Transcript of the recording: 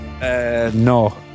no